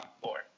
four